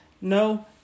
No